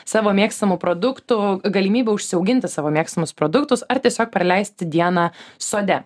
savo mėgstamų produktų galimybe užsiauginti savo mėgstamus produktus ar tiesiog praleisti dieną sode